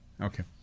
okay